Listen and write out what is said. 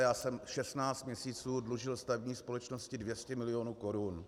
Já jsem 16 měsíců dlužil stavební společnosti 200 milionů korun.